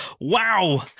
Wow